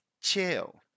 chill